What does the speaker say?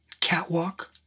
catwalk